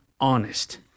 honest